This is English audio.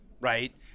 right